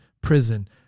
prison